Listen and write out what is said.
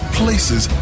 places